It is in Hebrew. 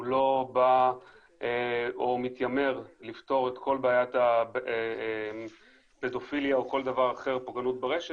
הוא לא מתיימר לפתור את כל בעיית הפדופיליה או פוגענות ברשת,